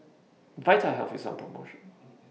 Vitahealth IS on promotion